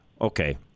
okay